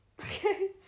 Okay